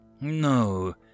No